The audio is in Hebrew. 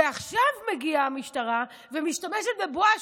עכשיו מגיעה המשטרה ומשתמשת בבואש.